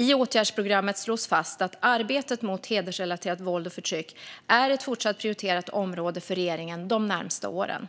I åtgärdsprogrammet slås fast att arbetet mot hedersrelaterat våld och förtryck är ett fortsatt prioriterat område för regeringen de närmaste åren.